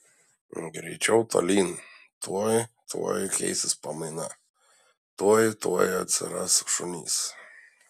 greičiau tolyn tuoj tuoj keisis pamaina tuoj tuoj atsiras šunys